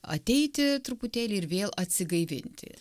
ateiti truputėlį ir vėl atsigaivinti